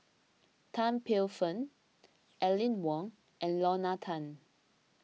Tan Paey Fern Aline Wong and Lorna Tan